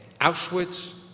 Auschwitz